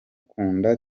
kunda